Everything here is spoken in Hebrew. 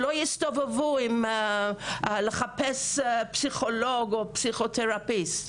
שלא יסתובבו לחפש פסיכולוג או פסיכותרפיסט.